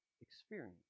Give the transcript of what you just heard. experience